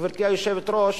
גברתי היושבת-ראש,